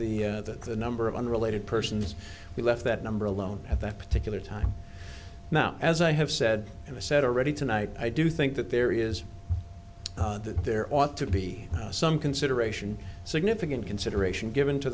that the number of unrelated persons we left that number alone at that particular time now as i have said and i said already tonight i do think that there is that there ought to be some consideration significant consideration given to